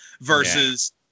versus